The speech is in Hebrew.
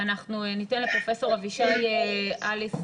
ניתן לפרופ' אבישי אליס